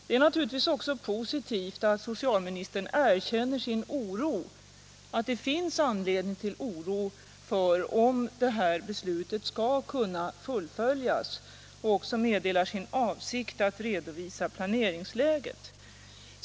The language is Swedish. Det är naturligtvis också positivt att socialministern erkänner att det finns anledning till oro för om detta beslut skall kunna fullföljas och även meddelar sin avsikt att redovisa planeringsläget.